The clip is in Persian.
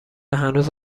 هنوز